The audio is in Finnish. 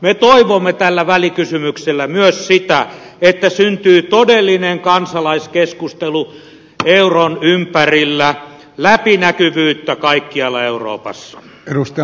me toivoimme tällä välikysymyksellä myös sitä että syntyy todellinen kansalaiskeskustelu euron ympärillä läpinäkyvyyttä kaikkialla euroopassa